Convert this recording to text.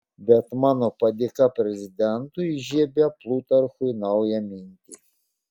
bet mano padėka prezidentui įžiebia plutarchui naują mintį